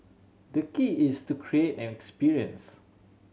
the key is to create an experience